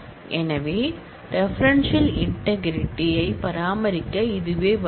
எனவே referential integrity ஐ பராமரிக்க இதுவே வழி